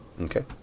Okay